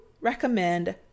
recommend